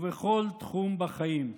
ובכל תחום בחיים.